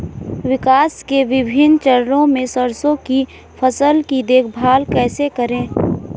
विकास के विभिन्न चरणों में सरसों की फसल की देखभाल कैसे करें?